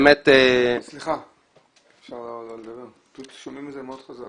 אבל לחלוטין אנחנו צריכים להיות שם.